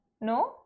No